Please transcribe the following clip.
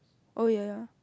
oh ya ya